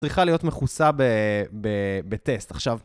צריכה להיות מכוסה בטסט. עכשיו,